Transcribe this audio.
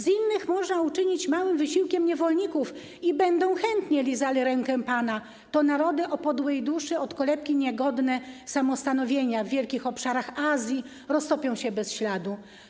Z innych można uczynić małym wysiłkiem niewolników i będą chętnie lizali rękę pana - to narody o podłej duszy, od kolebki niegodne samostanowienia, w wielkich obszarach Azji roztopią się bez śladu.